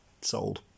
Sold